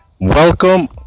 welcome